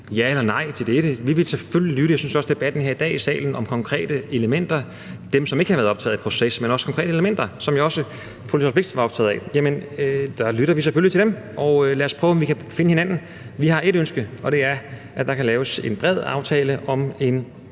ja eller nej til dette. Vi vil selvfølgelig lytte, også til debatten her i dag i salen om konkrete elementer – til dem, som ikke har været optaget af proces – som også fru Liselott Blixt var optaget af. Dem lytter vi selvfølgelig til. Og lad os prøve, om vi kan finde hinanden. Vi har ét ønske, og det er, at der kan laves en bred aftale om en